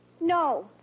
No